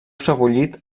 sebollit